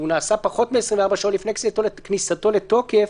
הוא נעשה פחות מ-24 שעות לפני כניסתו לתוקף,